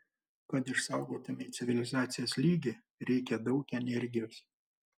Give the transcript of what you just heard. kad išsaugotumei civilizacijos lygį reikia daug energijos